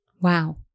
Wow